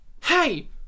Hey